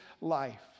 life